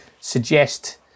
Suggest